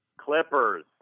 Clippers